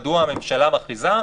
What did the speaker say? מדוע הממשלה מכריזה,